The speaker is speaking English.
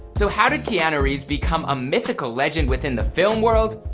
so how did keanu reeves become a mythical legend within the film world.